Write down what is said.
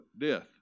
death